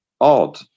odd